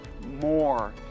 more